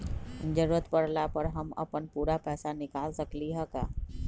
जरूरत परला पर हम अपन पूरा पैसा निकाल सकली ह का?